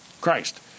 Christ